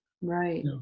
Right